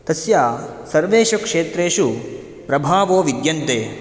तस्य सर्वेषु क्षेत्रेषु प्रभावो विद्यन्ते